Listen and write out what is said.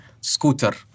scooter